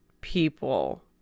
people